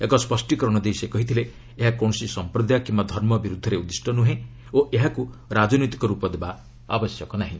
ଏକ ସ୍ୱଷ୍ଟୀକରଣ ଦେଇ ସେ କହିଥିଲେ ଏହା କୌଣସି ସମ୍ପ୍ରଦାୟ କିୟା ଧର୍ମ ବିରୁଦ୍ଧରେ ଉଦ୍ଦୀଷ୍ଟ ନୁହେଁ ଓ ଏହାକୁ ରାଜନୈତିକ ରୂପ ଦେବା ଉଚିତ୍ ନୁହେଁ